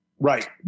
Right